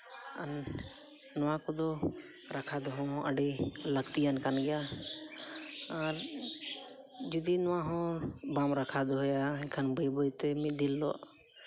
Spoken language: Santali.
ᱟᱨ ᱱᱚᱣᱟ ᱠᱚᱫᱚ ᱨᱟᱠᱷᱟ ᱫᱚᱦᱚ ᱦᱚᱸ ᱟᱹᱰᱤ ᱞᱟᱹᱠᱛᱤᱭᱟᱱ ᱠᱟᱱ ᱜᱮᱭᱟ ᱟᱨ ᱡᱩᱫᱤ ᱱᱚᱣᱟ ᱦᱚᱸ ᱵᱟᱢ ᱨᱟᱠᱷᱟ ᱫᱚᱦᱚᱭᱟ ᱮᱱᱠᱷᱟᱱ ᱵᱟᱹᱭ ᱵᱟᱹᱭᱛᱮ ᱢᱤᱫ ᱫᱤᱱ ᱦᱤᱞᱳᱜ